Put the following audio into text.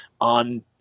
on